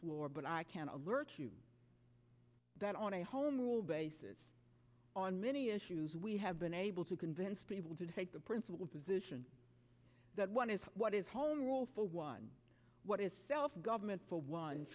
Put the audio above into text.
floor but i can alert you that on a home rule basis on many issues we have been able to convince people to take the principled position that one is what is home rule for one what is self government for one